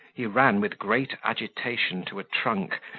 he ran with great agitation to a trunk,